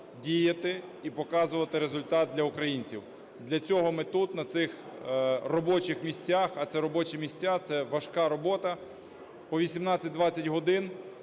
діяти і показувати результат для українців. Для цього ми тут, на цих робочих місцях, а ці робочі місця – це важка робота, по 18-20 годин.